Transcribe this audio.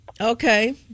okay